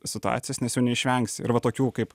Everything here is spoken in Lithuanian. situacijas nes jų neišvengsi ir va tokių kaip